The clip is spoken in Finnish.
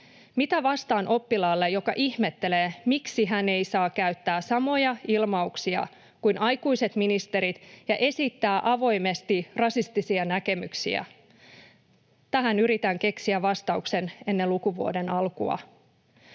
Mitä vastaan oppilaalle, joka ihmettelee, miksi hän ei saa käyttää samoja ilmauksia kuin aikuiset ministerit ja esittää avoimesti rasistisia näkemyksiä? Tähän yritän keksiä vastauksen ennen lukuvuoden alkua.”